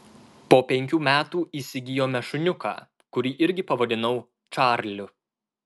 po penkių metų įsigijome šuniuką kurį irgi pavadinau čarliu